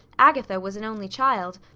agatha was an only child,